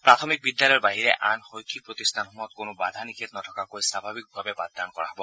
প্ৰাথমিক বিদ্যালয়ৰ বাহিৰে আন শৈক্ষিক প্ৰতিষ্ঠানসমূহত কোনো বাধা নিষেধ নথকাকৈ স্বাভাৱিকভাৱে পাঠদান কৰা হব